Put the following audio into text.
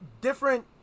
different